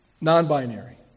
non-binary